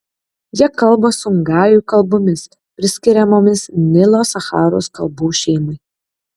jie kalba songajų kalbomis priskiriamomis nilo sacharos kalbų šeimai